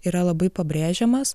yra labai pabrėžiamas